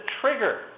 trigger